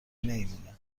نمیمونه